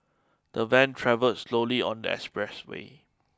the van travelled slowly on the expressway